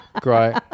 Great